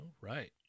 right